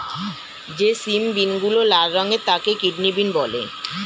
যে সিম বিনগুলো লাল রঙের তাকে কিডনি বিন বলে